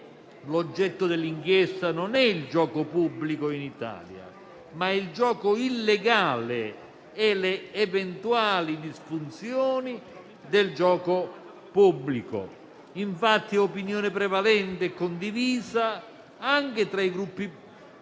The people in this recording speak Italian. L'oggetto dell'inchiesta non è il gioco pubblico in Italia, ma il gioco illegale e le eventuali disfunzioni del gioco pubblico. Infatti, è opinione prevalente e condivisa, anche tra i Gruppi